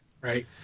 Right